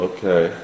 Okay